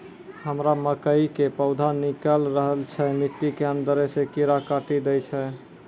हमरा मकई के पौधा निकैल रहल छै मिट्टी के अंदरे से कीड़ा काटी दै छै?